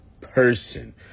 person